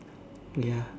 ya